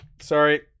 Sorry